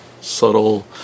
subtle